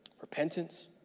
repentance